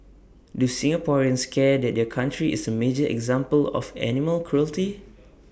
do Singaporeans care that their country is A major example of animal cruelty